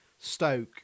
Stoke